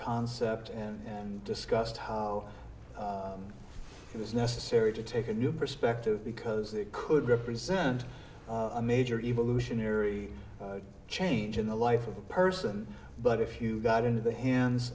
concept and discussed how it was necessary to take a new perspective because it could represent a major evolutionary change in the life of a person but if you got into the hands